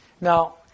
Now